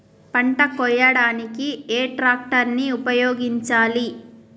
పంట కోయడానికి ఏ ట్రాక్టర్ ని ఉపయోగించాలి?